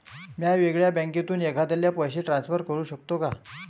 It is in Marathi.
म्या वेगळ्या बँकेतून एखाद्याला पैसे ट्रान्सफर करू शकतो का?